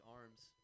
Arms